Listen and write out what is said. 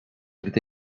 gdy